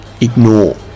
ignore